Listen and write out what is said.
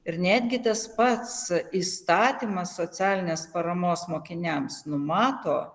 ir netgi tas pats įstatymas socialinės paramos mokiniams numato